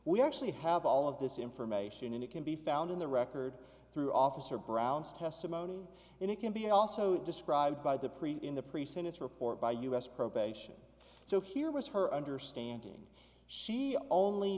we actually have all of this information and it can be found in the record through officer brown's testimony and it can be also described by the pre in the pre sentence report by u s probation so here was her understanding she only